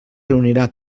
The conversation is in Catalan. reunirà